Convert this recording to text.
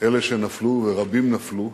אלה שנפלו, ורבים נפלו.